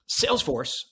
Salesforce